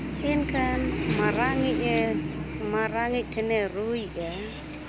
ᱢᱮᱱᱠᱷᱟᱱ ᱢᱟᱨᱟᱝ ᱧᱤᱡᱼᱮ ᱢᱟᱨᱟᱝ ᱧᱤᱡ ᱴᱷᱮᱱᱮ ᱨᱩᱻᱭᱮᱫᱟ